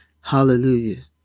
Hallelujah